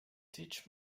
teach